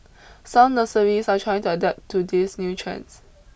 some nurseries are trying to adapt to these new trends